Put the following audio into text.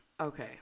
okay